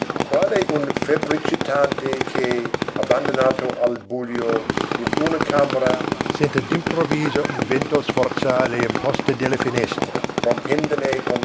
quale un febbricitante che abbandonato al bujo in una camera senta d'improvviso il vento sforzar le imposte della finestra rompendone con